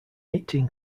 eighteen